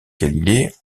galilée